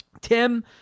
Tim